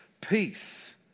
peace